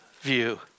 view